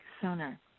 sooner